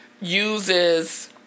uses